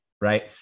Right